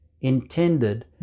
intended